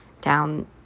down